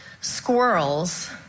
Squirrels